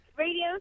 Radio